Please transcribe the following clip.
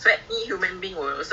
deeper deeper parts lor